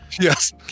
Yes